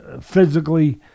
physically